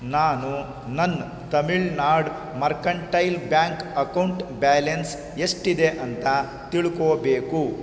ನಾನು ನನ್ನ Tamil Nadu mercantile bank account balance ಎಷ್ಟಿದೆ ಅಂತ ತಿಳ್ಕೊಳ್ಬೇಕು